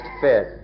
fit